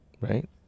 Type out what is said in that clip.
right